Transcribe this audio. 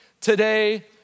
today